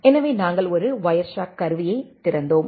எனவே நாங்கள் ஒரு வயர்ஷார்க் கருவியைத் திறந்தோம்